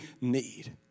need